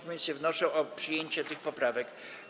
Komisje wnoszą o przyjęcie tych poprawek.